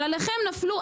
אבל עליכם נפלו.